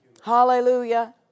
Hallelujah